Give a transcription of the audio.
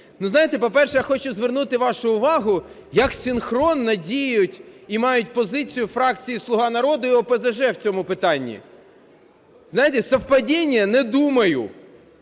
Знаєте, по-перше, я хочу звернути вашу увагу, як синхронно діють і мають позицію фракції "Слуга народу" і ОПЗЖ в цьому питанні. Знаєте, совпадение? Не думаю.